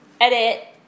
Edit